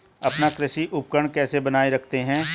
आप कृषि उपकरण कैसे बनाए रखते हैं?